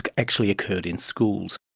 like actually occurred in schools.